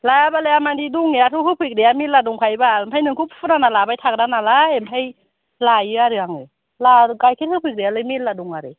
लायाबा लाया मानि दंनायाथ' होफैग्राया मेरला दंखायो बाल ओमफ्राय नोंखौ फुराना लाबाय थाग्रा नालाय ओंखाय लायो आरो आङो गायखेर होफैग्रायालाय मेरला दङ आरो